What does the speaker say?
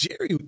Jerry